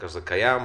הדבר הזה לא